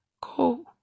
Go